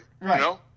Right